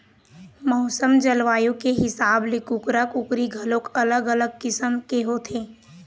मउसम, जलवायु के हिसाब ले कुकरा, कुकरी घलोक अलग अलग किसम के होथे